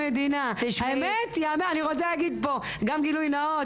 אני רוצה להגיד פה גם גילוי נאות,